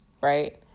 right